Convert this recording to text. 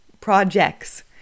projects